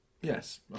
Yes